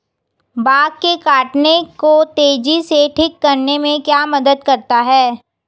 Bug के काटने को तेजी से ठीक करने में क्या मदद करता है?